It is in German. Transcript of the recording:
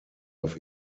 auf